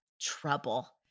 trouble